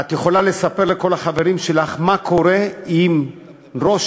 את יכולה לספר לכל החברים שלך מה קורה אם ראש